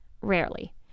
rarely